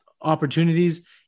opportunities